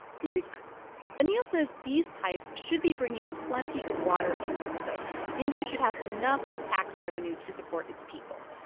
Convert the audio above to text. click anil says these pipes should be bringing plenty of water into the building. india should have enough tax revenue to support its people,